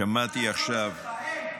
שמעתי עכשיו --- אין על הקול שלך,